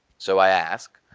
so i ask,